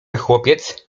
chłopiec